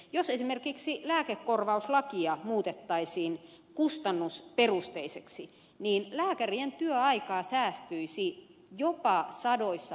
jos esimerkiksi lääkekorvauslakia muutettaisiin kustannusperusteiseksi niin lääkärien työaikaa säästyisi jopa sadoissa henkilötyövuosissa